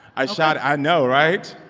i shot i know, right?